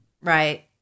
Right